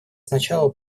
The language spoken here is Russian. сначала